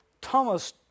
Thomas